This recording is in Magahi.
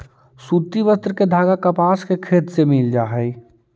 सूति वस्त्र के धागा कपास के खेत से मिलऽ हई